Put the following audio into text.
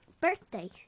birthday